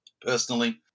Personally